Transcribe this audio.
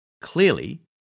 Clearly